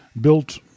built